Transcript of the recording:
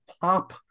pop